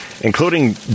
including